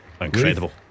Incredible